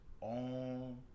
on